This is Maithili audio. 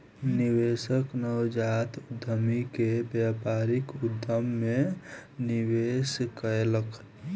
निवेशक नवजात उद्यमी के व्यापारिक उद्यम मे निवेश कयलक